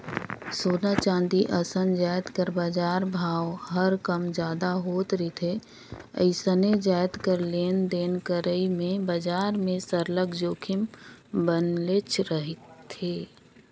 सोना, चांदी असन जाएत कर बजार भाव हर कम जादा होत रिथे अइसने जाएत कर लेन देन करई में बजार में सरलग जोखिम बनलेच रहथे